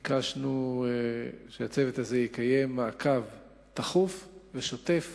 ביקשנו שהצוות הזה יקיים מעקב תכוף ושוטף